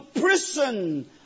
prison